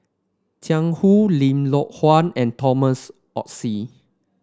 Jiang Hu Lim Loh Huat and Thomas Oxley